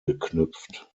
geknüpft